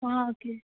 आ okay